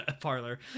parlor